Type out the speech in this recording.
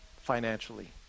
financially